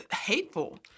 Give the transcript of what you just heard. hateful